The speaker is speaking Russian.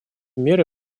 меры